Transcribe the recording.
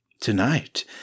Tonight